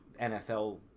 NFL